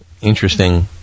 interesting